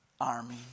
army